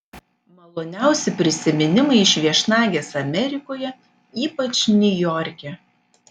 maloniausi prisiminimai iš viešnagės amerikoje ypač niujorke